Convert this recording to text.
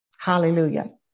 hallelujah